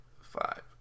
five